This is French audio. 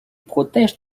protège